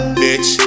bitch